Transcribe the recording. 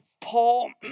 Paul